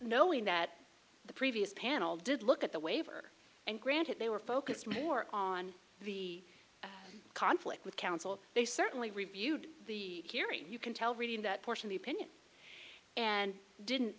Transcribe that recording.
knowing that the previous panel did look at the waiver and granted they were focused more on the conflict with counsel they certainly reviewed the carry you can tell reading that portion the opinion and didn't